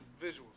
visuals